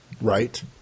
Right